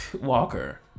Walker